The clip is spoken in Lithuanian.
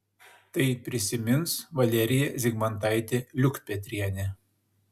tai prisimins valerija zigmantaitė liukpetrienė